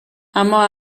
اما